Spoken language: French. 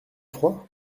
froid